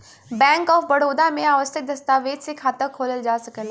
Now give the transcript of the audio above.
bank of Baroda में आवश्यक दस्तावेज से खाता खोलल जा सकला